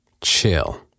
Chill